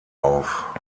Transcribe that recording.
auf